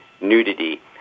nudity